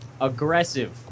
Aggressive